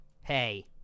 Hey